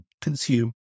consume